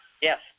Yes